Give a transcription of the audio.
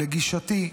לגישתי,